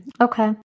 Okay